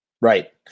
right